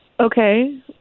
okay